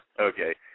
Okay